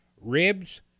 ribs